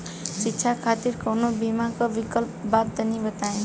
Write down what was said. शिक्षा खातिर कौनो बीमा क विक्लप बा तनि बताई?